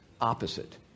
opposite